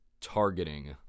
Targeting